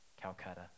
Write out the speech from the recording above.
Calcutta